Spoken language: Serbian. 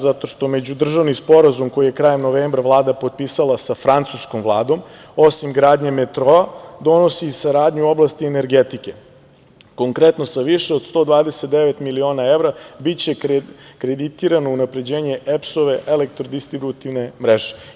Zato što međudržavni sporazum koji je krajem novembra Vlada potpisala sa francuskom Vladom, osim gradnje metroa donosi i saradnju u oblasti energetike, konkretno sa više od 129 miliona evra biće kreditirano unapređenje EPS-ove elektrodistributivne mreže.